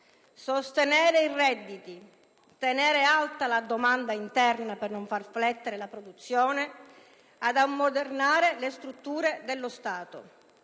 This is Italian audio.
sostenere i redditi; tenere alta la domanda interna per non far flettere la produzione; ammodernare le strutture dello Stato.